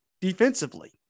defensively